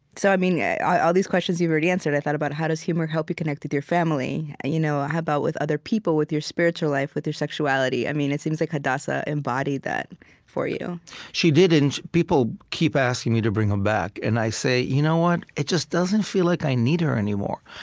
so i mean yeah all these questions, you've already answered. i thought about how does humor help you connect with your family, you know how about with other people, with your spiritual life, with your sexuality? i mean it seems like hadassah embodied that for you she did, and people keep asking me to bring her back. and i say, you know what? it just doesn't feel like i need her anymore.